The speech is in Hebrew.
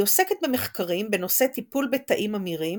היא עוסקת במחקרים בנושא טיפול בתאים ממאירים